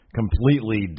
completely